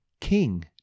King